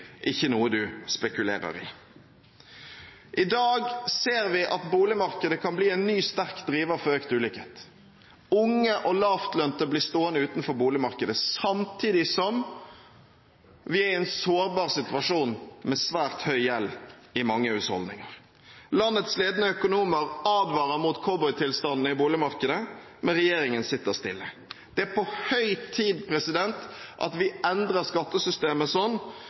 ikke noe man spekulerer i. I dag ser vi at boligmarkedet kan bli en ny, sterk driver for økt ulikhet. Unge og lavtlønte blir stående utenfor boligmarkedet, samtidig som vi er i en sårbar situasjon, med svært høy gjeld i mange husholdninger. Landets ledende økonomer advarer mot cowboytilstanden i boligmarkedet, men regjeringen sitter stille. Det er på høy tid at vi endrer skattesystemet sånn